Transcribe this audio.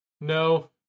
No